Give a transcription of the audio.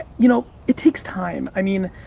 you know it takes time. i mean,